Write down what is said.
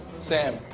sam,